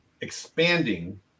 expanding